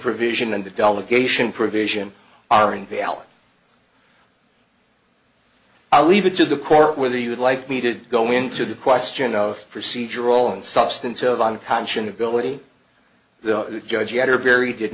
provision and the delegation provision are in reality i'll leave it to the court whether you'd like me to go into the question of procedural and substantive on cancian ability the judge yet or very did